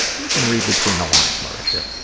we can read between the lines, marisha.